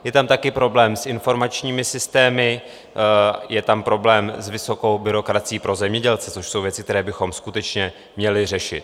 Je tam taky problém s informačními systémy, je tam problém s vysokou byrokracií pro zemědělce, což jsou věci, které bychom skutečně měli řešit.